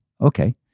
okay